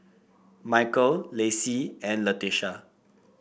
Michael Lacey and Leticia